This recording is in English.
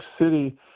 City